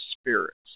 spirits